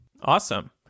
Awesome